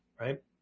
right